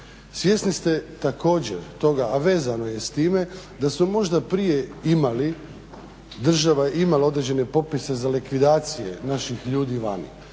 Svjesni ste također toga a vezano je s time da su možda prije imali, država imala određene popise za likvidacije naših ljudi vani.